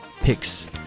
picks